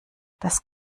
das